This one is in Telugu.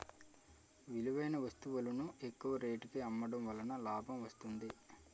విలువైన వస్తువులను ఎక్కువ రేటుకి అమ్మడం వలన లాభం వస్తుంది